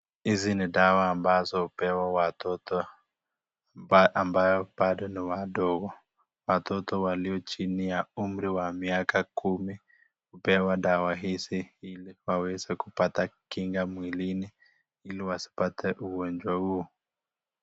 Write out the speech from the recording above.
Hizi ni dawa ambazo huwa watoto hupewa ambao bado ni wadogo watoto waliyo chini ya umri wa miaka kumi upewa dawa hizi hili waweze kupata kinga mwilini hili wasipate ugonjwa huo.